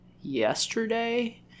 yesterday